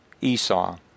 Esau